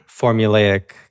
formulaic